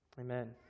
Amen